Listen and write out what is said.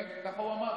כן, ככה הוא אמר.